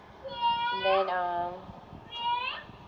then uh